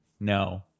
No